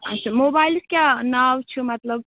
اچھا موبایلَس کیٛاہ ناو چھُ مطلب